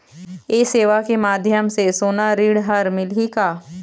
ये सेवा के माध्यम से सोना ऋण हर मिलही का?